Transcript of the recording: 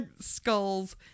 skulls